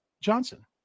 Johnson